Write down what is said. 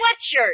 sweatshirt